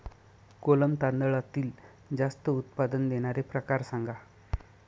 कोलम तांदळातील जास्त उत्पादन देणारे प्रकार सांगा